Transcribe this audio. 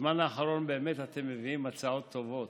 אתם מביאים הצעות טובות,